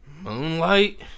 Moonlight